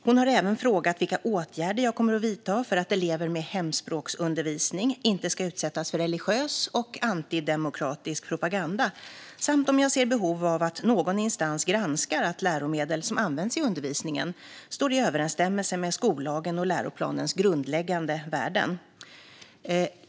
Hon har även frågat vilka åtgärder jag kommer att vidta för att elever med hemspråksundervisning inte ska utsättas för religiös och antidemokratisk propaganda samt om jag ser behov av att någon instans granskar att läromedel som används i undervisningen står i överensstämmelse med skollagen och läroplanens grundläggande värden.